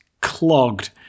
clogged